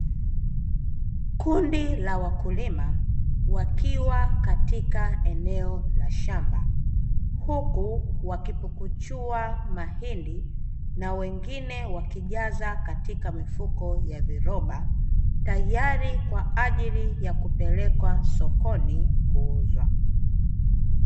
Kundi la wakulima wakiwa katika eneo la shamba huku wakipukuchua mahindi na wengine wakijaza katika mifuko ya viroba, tayari kwa ajili ya kupelekwa sokoni kuuzwa.